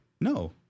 No